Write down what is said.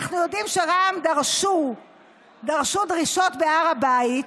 אנחנו יודעים שרע"מ דרשו דרישות בהר הבית.